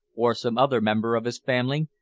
or some other member of his family,